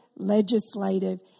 Legislative